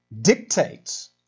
dictates